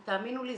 ותאמינו לי,